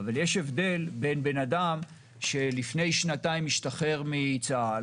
אבל יש הבדל בין אדם שלפני שנתיים השתחרר מצה"ל